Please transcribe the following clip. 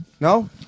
No